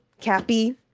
cappy